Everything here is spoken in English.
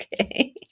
Okay